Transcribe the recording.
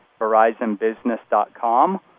verizonbusiness.com